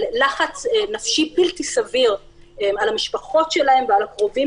לחץ נפשי בלתי סביר על המשפחות שלהם ועל הקרובים